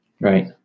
right